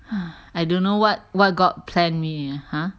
I don't know what what god plan me !huh!